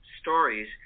stories